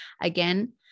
again